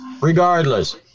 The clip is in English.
Regardless